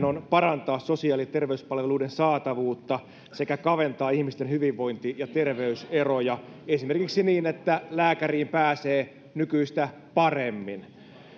on parantaa sosiaali ja terveyspalveluiden saatavuutta sekä kaventaa ihmisten hyvinvointi ja terveyseroja esimerkiksi niin että lääkäriin pääsee nykyistä paremmin